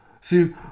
See